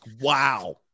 wow